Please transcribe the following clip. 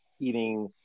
eating